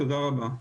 תודה רבה.